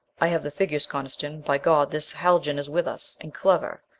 i have the figures, coniston. by god, this haljan is with us! and clever!